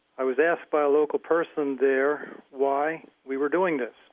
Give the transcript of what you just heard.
i was asked by a local person there why we were doing this.